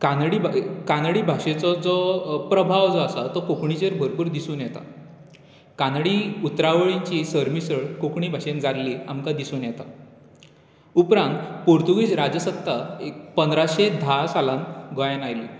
कानडी भा कानडी भाशेचो जो प्रभाव जो आसा तो कोंकणीचेर भरपूर दिसून येता कानडी उतरावळीची सरमिसळ कोंकणी भाशेंत जाल्ली आमकां दिसून येता उपरांत पुर्तुगीज राज सत्ता एक पंद्राशे धा सालांत गोंयांत आयली